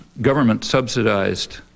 government-subsidized